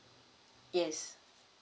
yes